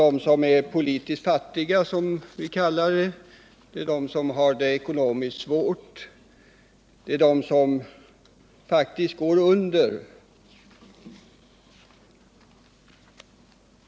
Bland de politiskt fattiga, som vi brukar kalla dem, och bland dem som har det ekonomiskt svårt finns det de som faktiskt går under.